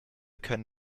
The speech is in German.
können